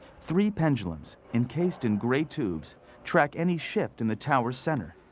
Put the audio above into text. three pendulums incased in gray tubes track any shift in the tower's center.